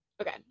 okay